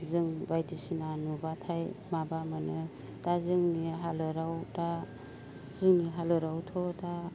जों बायदिसिना नुब्लाथाय माबा मोनो दा जोंनि हालोराव दा जोंनि हालोरावथ' दा